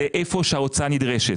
זה היכן שההוצאה נדרשת.